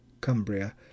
Cumbria